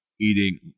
eating